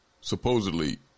supposedly